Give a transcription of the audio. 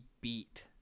beat